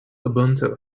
ubuntu